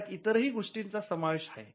त्यात इतरही गोष्टींचा समावेश आहे